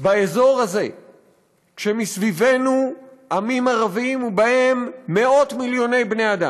באזור הזה כשמסביבנו עמים ערביים ובהם מאות מיליוני בני אדם,